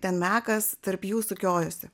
ten mekas tarp jų sukiojosi